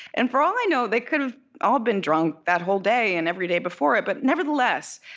and for all i know, they could've all been drunk that whole day, and every day before it, but nevertheless,